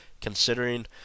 considering